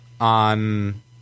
on